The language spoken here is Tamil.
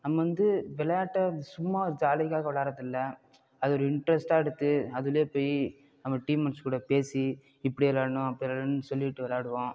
நம்ம வந்து விளையாட்டை சும்மா ஜாலிக்காக விளையாடுறது இல்லை அதை ஒரு இண்ட்ரெஸ்ட்டாக எடுத்து அதுலேயே போய் நம்ம டீம்மேட்ஸ்கூட பேசி இப்படி விளையாடணும் அப்படி விளையாடணும்னு சொல்லிவிட்டு விளையாடுவோம்